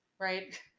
right